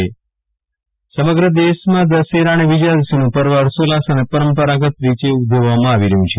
વિરલ રાણા દશેરા ઉજવણી રાજય સમગ્ર દેશમાં દશેરા વિજયાદશમીનું પર્વ ફર્ષોલ્લાસ અને પરંપરાગત રીતે ઉજવવામાં આવી રહ્યુ છે